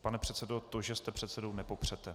Pane předsedo, to, že jste předsedou, nepopřete.